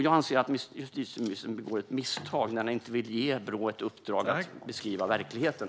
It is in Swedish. Jag anser att justitieministern begår ett misstag när han inte vill ge Brå ett uppdrag att beskriva verkligheten.